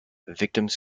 victims